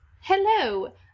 Hello